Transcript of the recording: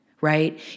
right